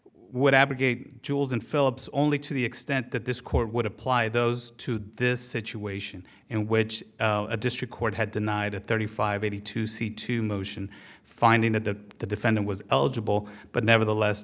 what abrogate jewels and philips only to the extent that this court would apply those to this situation in which a district court had denied at thirty five eighty two c two motion finding that the defendant was eligible but never the less